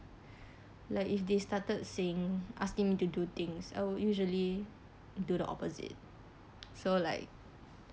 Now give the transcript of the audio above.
like if they started saying asking me to do things I would usually do the opposite so like